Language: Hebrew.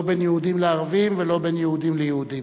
לא בין יהודים לערבים ולא בין יהודים ליהודים.